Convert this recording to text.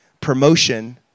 promotion